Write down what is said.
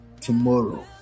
tomorrow